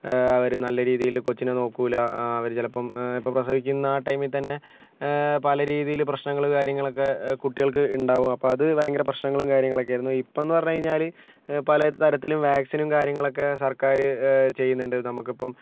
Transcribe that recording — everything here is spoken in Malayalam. അവർ നല്ല രീതിയിൽ കൊച്ചിനെ നോക്കില്ല അവർ ചിലപ്പം ഇപ്പോൾ പ്രസവിക്കുന്ന ആ ടൈമീൽ തന്നെ പല രീതിയിൽ പ്രശ്നങ്ങൾ കാര്യങ്ങളൊക്കെ കുട്ടികൾക്ക് ഉണ്ടാകും അപ്പോൾ അത് ഭയങ്കര പ്രശ്നങ്ങളും കാര്യങ്ങളും ഒക്കെ ആയിരുന്നു ഇപ്പം എന്ന് പറഞ്ഞുകഴിഞ്ഞാൽ പല തരത്തിലും വാക്സിനും കാര്യങ്ങളൊക്കെ സർക്കാർ ചെയ്യുന്നുണ്ട് നമുക്കിപ്പം